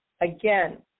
Again